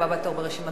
הבא בתור ברשימת